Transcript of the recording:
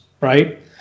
right